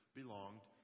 belonged